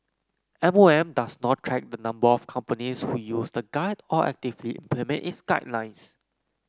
M O M does not track the number of companies who use the guide or actively implement its guidelines